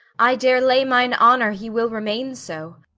i dare lay mine honour he will remain so.